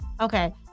Okay